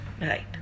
right